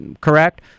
correct